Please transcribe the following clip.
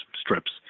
strips